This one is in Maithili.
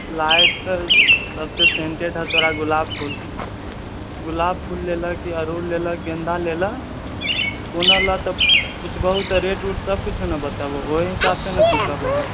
लाइट तऽ सबसँ सेंटेड हँ तोरा गुलाब फूल गुलाब फूल लेलह की अरहुल फूल लेलऽ गेन्दा लेलऽ कोनो लअ तऽ पुछबहु तऽ रेट उट सब कुछ न बतेबू ओय हिसाबसँ ने तू कहबेबूँ